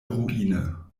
ruine